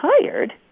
tired